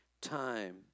time